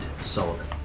Sullivan